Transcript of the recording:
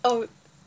oh